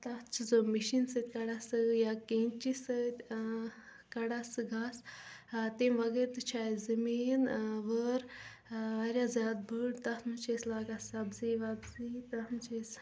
تتھ چھَس بہٕ مشیٖنہِ سۭتۍ کڑان سُہ یا کیٚنچی سۭتۍ إں کڑان سُہ گاسہٕ ٲں تمہِ وغٲر تہِ چھُ اسہِ زمیٖن إں وٲر ٲں واریاہ زیادٕ بٔڑۍ تتھ منٛز چھِ أسۍ لاگان سبزی وبزی تتھ منٛز چھِ أسۍ